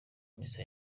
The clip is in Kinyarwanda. misa